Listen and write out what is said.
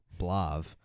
Blav